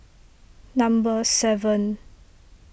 number seven